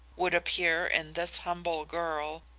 would appear in this humble girl,